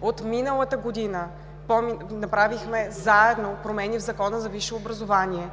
От миналата година направихме заедно промени в Закона за висше образование.